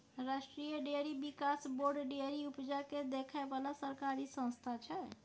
राष्ट्रीय डेयरी बिकास board dairy उपजा केँ देखै बला सरकारी संस्था छै